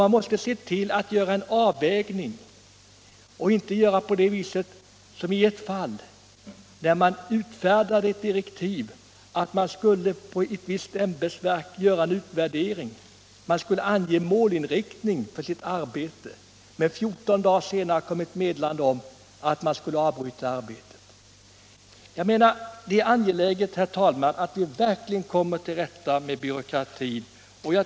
Man måste göra en avvägning och inte förfara som i ett fall, när man utfärdade direktiv. Man sade att ett visst ämbetsverk skulle göra en utvärdering och ange en målinriktning för sitt arbete, men 14 dagar senare kom ett meddelande om att arbetet skulle avbrytas. Det är angeläget, herr talman, att vi verkligen kommer till rätta med byråkratin.